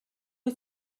wyt